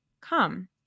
come